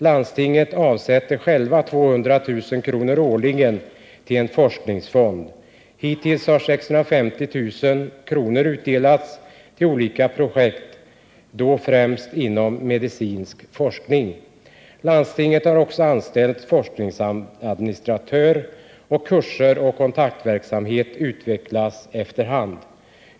Landstinget avsätter självt 200 000 kr. årligen till en forskningsfond. Hittills har 650 000 kr. utdelats till olika projekt, främst inom medicinsk forskning. Landstinget har också anställt forskningsadministratör. Kurser och kontaktverksamhet utvecklas efter hand.